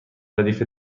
ردیف